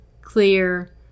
clear